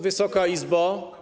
Wysoka Izbo!